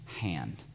hand